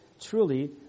truly